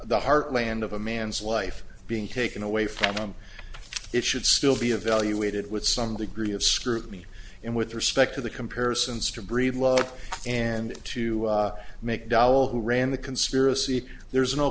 the heartland of a man's life being taken away from him it should still be evaluated with some degree of scrutiny and with respect to the comparisons to breedlove and to make doll who ran the conspiracy there's no